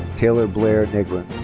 taylor blair negrin.